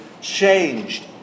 changed